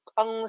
ang